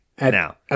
Now